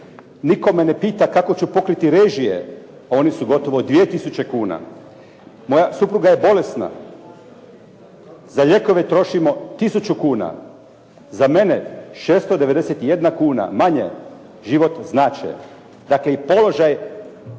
nitko me ne pita kako ću pokriti režije, a one su gotovo 2000 kuna. Moja supruga je bolesna. Za lijekove trošimo 1000 kunu. Za mene 691 kuna manje život znače." Dakle, i položaj